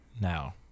now